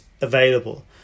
available